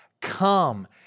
come